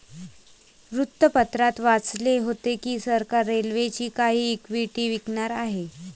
वृत्तपत्रात वाचले होते की सरकार रेल्वेची काही इक्विटी विकणार आहे